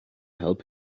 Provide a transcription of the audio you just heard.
help